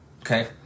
Okay